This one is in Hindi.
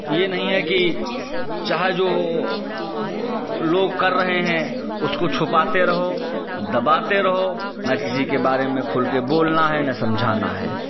ये नहीं है कि चाहिये जो हो लोग कर रहे हैं उसको छुपाते रहो दबाते रहो ना किसी के बारे में खुल के बोलना है ना समझाना है